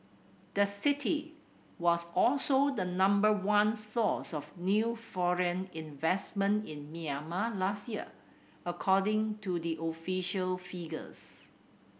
the city was also the number one source of new foreign investment in Myanmar last year according to the official figures